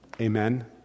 Amen